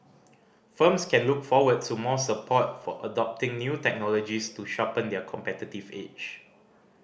firms can look forward to more support for adopting new technologies to sharpen their competitive edge